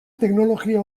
teknologia